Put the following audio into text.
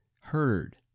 heard